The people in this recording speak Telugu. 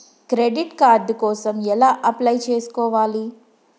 క్రెడిట్ కార్డ్ కోసం ఎలా అప్లై చేసుకోవాలి?